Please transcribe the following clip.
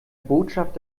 botschaft